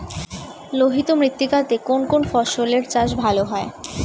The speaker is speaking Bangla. লোহিত মৃত্তিকা তে কোন কোন ফসলের চাষ ভালো হয়?